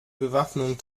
bewaffnung